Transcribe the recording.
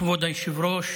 כבוד היושב-ראש,